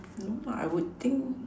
you know I would think